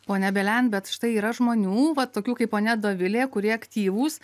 ponia belian bet štai yra žmonių vat tokių kaip ponia dovilė kurie aktyvūs